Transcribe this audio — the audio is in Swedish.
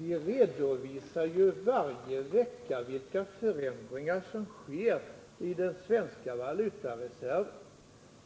Vi redovisar ju varje vecka vilka förändringar som sker i den svenska valutareserven.